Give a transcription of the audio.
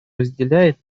разделяет